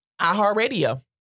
iHeartRadio